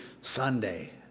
Sunday